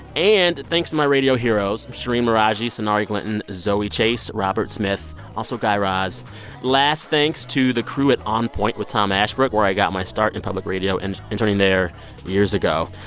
and thanks to my radio heroes, shereen meraji, sonari glinton, zoe chace, robert smith, also guy raz last thanks to the crew at on point with tom ashbrook, where i got my start in public radio and interning there years ago.